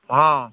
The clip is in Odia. ହଁ